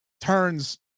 turns